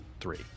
three